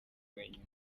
wenyine